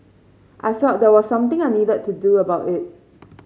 I felt there was something I needed to do about it